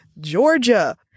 Georgia